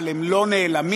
אבל הם לא נעלמים,